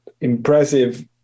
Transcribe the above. impressive